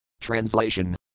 Translation